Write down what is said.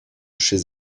chez